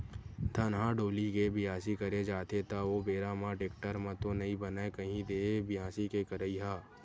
धनहा डोली के बियासी करे जाथे त ओ बेरा म टेक्टर म तो नइ बनय कही दे बियासी के करई ह?